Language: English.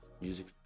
music